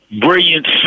brilliant